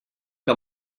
que